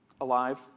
alive